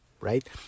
right